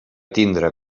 tindre